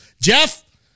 Jeff